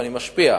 ואני משפיע,